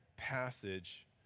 passage